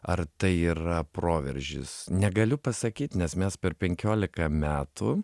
ar tai yra proveržis negaliu pasakyt nes mes per penkiolika metų